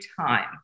time